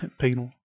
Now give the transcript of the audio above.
Penal